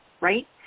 right